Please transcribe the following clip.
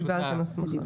קיבלתם הסמכה.